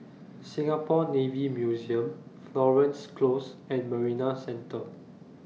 Singapore Navy Museum Florence Close and Marina Centre